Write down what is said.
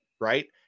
right